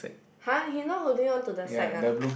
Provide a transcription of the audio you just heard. [huh] he no holding on to that side ah